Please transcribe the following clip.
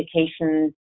education